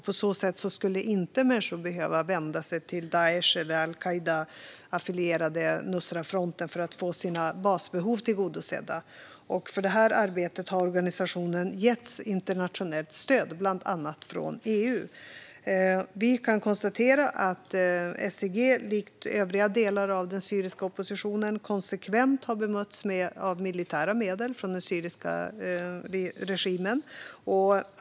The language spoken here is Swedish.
På så sätt skulle inte människor behöva vända sig till Daish eller al-Qaida-affilierade Nusrafronten för att få sina basbehov tillgodosedda. För det arbetet har organisationen getts internationellt stöd bland annat från EU. Vi kan konstatera att SIG likt övriga delar av den syriska oppositionen konsekvent har bemötts av militära medel från den syriska regimen.